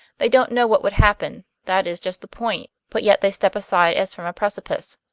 they don't know what would happen, that is just the point but yet they step aside as from a precipice.